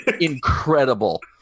incredible